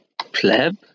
pleb